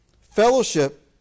Fellowship